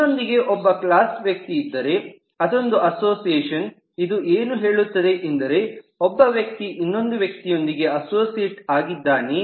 ನನ್ನೊಂದಿಗೆ ಒಬ್ಬ ಕ್ಲಾಸ್ ವ್ಯಕ್ತಿ ಇದ್ದರೆ ಅದೊಂದು ಅಸೋಸಿಯೇಷನ್ ಇದು ಏನು ಹೇಳುತ್ತದೆ ಎಂದರೆ ಒಬ್ಬ ವ್ಯಕ್ತಿ ಇನ್ನೊಂದು ವ್ಯಕ್ತಿಯೊಂದಿಗೆ ಅಸೋಸಿಯೇಟ್ ಆಗಿದ್ದಾನೆ